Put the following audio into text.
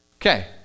Okay